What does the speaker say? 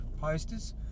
posters